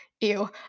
ew